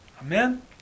Amen